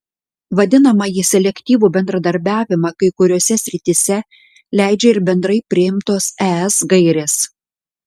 vadinamąjį selektyvų bendradarbiavimą kai kuriose srityse leidžia ir bendrai priimtos es gairės